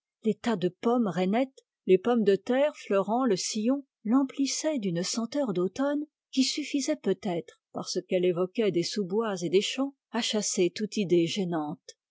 les tas de pommes rainettes les pommes de terre fleurant le sillon l'emplissaient d'une senteur d'automne qui suffisait peut-être par ce qu'elle évoquait des sous bois et des champs à chasser toute idée gênante